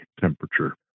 temperature